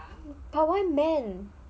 but why man